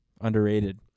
Underrated